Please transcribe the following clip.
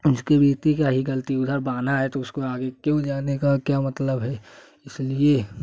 उसकी बेटी का ही ग़लती है उधर बहाना है तो उसको आगे क्यों जाने का क्या मतलब है इस लिए